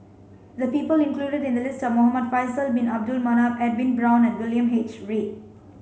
the people included in the list are Muhamad Faisal bin Abdul Manap Edwin Brown William H Read